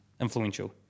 influential